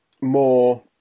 more